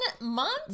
months